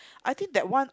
I think that one